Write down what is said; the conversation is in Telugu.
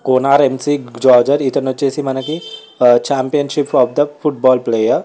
కానర్ మెక్గ్రేగర్ ఇతను వచ్చేసి మనకి championship of the football player